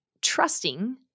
trusting